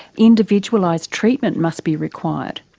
individualised treatment must be required.